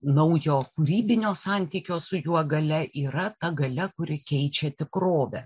naujo kūrybinio santykio su juo galia yra ta galia kuri keičia tikrovę